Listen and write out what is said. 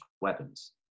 Weapons